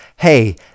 hey